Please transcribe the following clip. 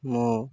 ମୁଁ